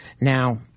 Now